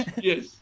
yes